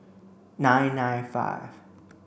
nine nine five